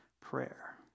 prayer